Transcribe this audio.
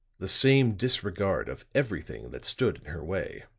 the same disregard of everything that stood in her way.